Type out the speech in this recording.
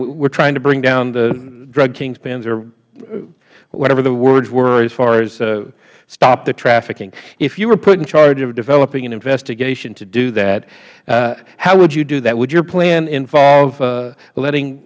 we're trying to bring down the drug kingpins or whatever the words were as far as stop the trafficking if you were put in charge of developing an investigation to do that how would you do that would your plan involve letting